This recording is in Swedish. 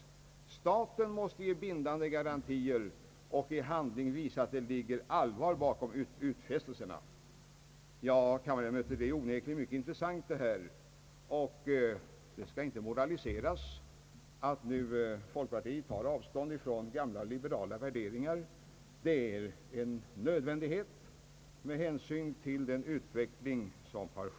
Staten måste ge bindande garantier och i handling visa att det ligger allvar bakom utfästelserna». Ärade kammarledamöter! Det är onekligen mycket intressant — och här skall inte moraliseras över det — att folkpartiet nu tar avstånd från gamla liberala värderingar. Det är en nödvändighet, med hänsyn till den utveckling som ägt rum.